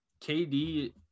KD